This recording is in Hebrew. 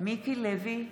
מיקי לוי,